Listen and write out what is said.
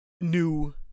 new